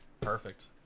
Perfect